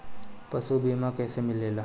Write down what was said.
पशु बीमा कैसे मिलेला?